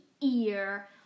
ear